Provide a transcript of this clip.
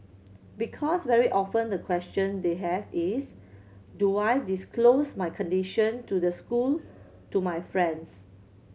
because very often the question they have is do I disclose my condition to the school to my friends